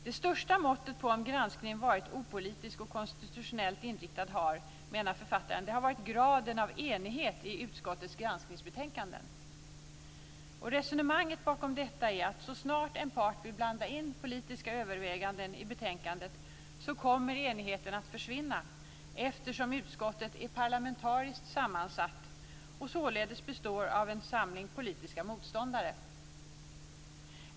Det största måttet på om granskningen varit opolitisk och konstitutionellt inriktad har varit graden av enighet i utskottets granskningsbetänkanden, menar författaren. Resonemanget bakom detta är att så snart en part vill blanda in politiska överväganden i betänkandet kommer enigheten att försvinna, eftersom utskottet är parlamentariskt sammansatt och således består av en samling politiska motståndare.